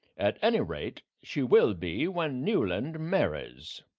at any rate, she will be when newland marries.